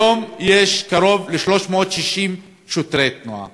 היום יש קרוב ל-360 שוטרי תנועה.